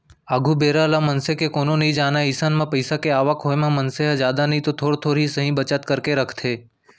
आघु बेरा ल मनसे के कोनो नइ जानय अइसन म पइसा के आवक होय म मनसे ह जादा नइतो थोर थोर ही सही बचत करके रखथे